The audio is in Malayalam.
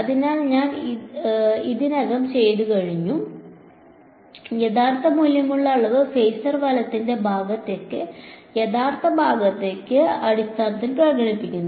അതിനാൽ ഞങ്ങൾ ഇത് ഇതിനകം ചെയ്തുകഴിഞ്ഞു യഥാർത്ഥ മൂല്യമുള്ള അളവ് ഫേസർ വലത്തിന്റെ യഥാർത്ഥ ഭാഗത്തിന്റെ അടിസ്ഥാനത്തിൽ പ്രകടിപ്പിക്കുന്നു